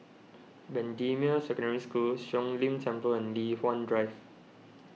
Bendemeer Secondary School Siong Lim Temple and Li Hwan Drive